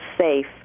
safe